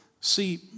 See